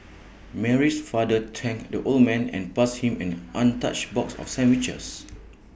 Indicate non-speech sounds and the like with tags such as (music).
Mary's father thanked the old man and passed him an untouched box (noise) of sandwiches